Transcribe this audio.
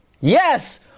Yes